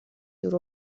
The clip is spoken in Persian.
دور